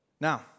Now